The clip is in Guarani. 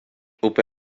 upe